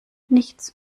nichts